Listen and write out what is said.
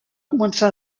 començar